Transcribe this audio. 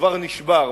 כבר נשבר.